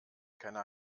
keine